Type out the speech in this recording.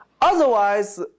Otherwise